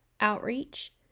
outreach